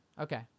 okay